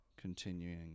continuing